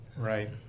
right